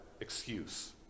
excuse